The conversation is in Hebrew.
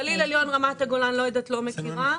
גליל עליון, רמת הגולן, לא יודעת, לא מכירה.